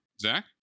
Zach